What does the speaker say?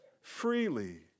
freely